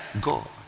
God